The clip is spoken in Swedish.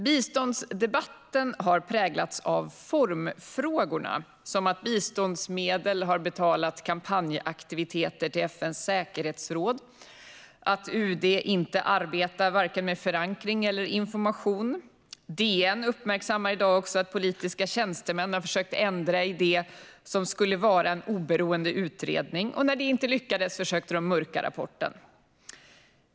Biståndsdebatten har präglats av formfrågorna, som att biståndsmedel har betalat kampanjaktiviteter i fråga om FN:s säkerhetsråd och att UD inte arbetar med vare sig förankring eller information. DN uppmärksammar i dag också att politiska tjänstemän har försökt ändra i det som skulle vara en oberoende utredning, och när det inte lyckades försökte de mörka rapporten.